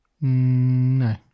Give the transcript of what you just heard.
No